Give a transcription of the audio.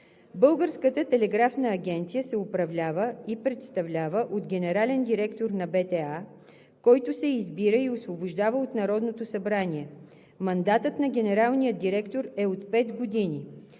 Българската телеграфна агенция се управлява и представлява от генерален директор, който се избира и освобождава от Народното събрание. Мандатът на генералния директор е от 5 години.